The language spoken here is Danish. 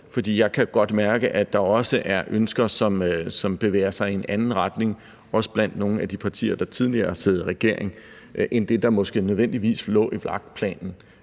jeg kan godt mærke, at der også er ønsker, der bevæger sig i en anden retning – også blandt nogle af de partier, der tidligere har siddet i regering – end det, der nødvendigvis lå i vagtplanen.